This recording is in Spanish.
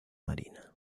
marina